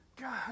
God